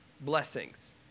blessings